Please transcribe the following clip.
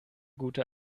gute